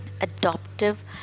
Adoptive